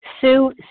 Sue